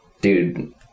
Dude